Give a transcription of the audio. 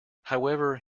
however